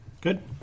Good